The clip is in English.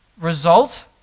result